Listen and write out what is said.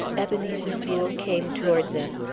ebenezer rule came toward them.